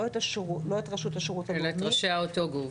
לא את רשות השירות הלאומי --- אלא את ראשי אותו הגוף.